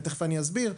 ותכף אני אסביר,